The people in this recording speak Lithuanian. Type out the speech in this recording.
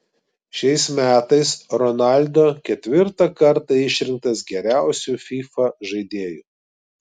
šiais metais ronaldo ketvirtą kartą išrinktas geriausiu fifa žaidėju